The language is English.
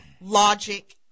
logic